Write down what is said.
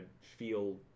feel